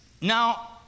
now